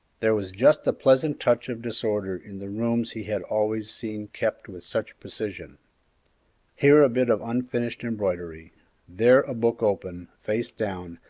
there was just a pleasant touch of disorder in the rooms he had always seen kept with such precision here a bit of unfinished embroidery there a book open, face down,